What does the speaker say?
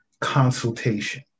consultation